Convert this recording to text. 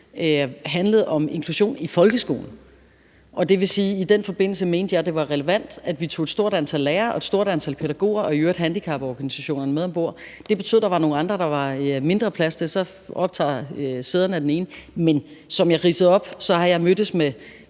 ned, var inklusion i folkeskolen, og i den forbindelse mente jeg det var relevant, at vi tog et stort antal lærere og et stort antal pædagoger og i øvrigt handicaporganisationerne med ombord. Det betød, at der var nogle andre, der var mindre plads til, hvis sæder var optagne, men som jeg ridsede op, har jeg mødtes med